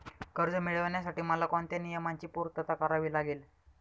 कर्ज मिळविण्यासाठी मला कोणत्या नियमांची पूर्तता करावी लागेल?